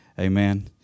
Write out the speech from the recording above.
Amen